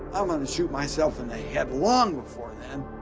i'm going to shoot myself in the head long before then.